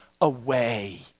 away